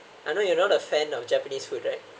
I know you're not a fan of japanese food right